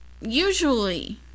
usually